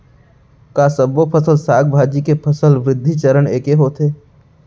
का सबो फसल, साग भाजी के फसल वृद्धि चरण ऐके होथे?